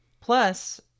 Plus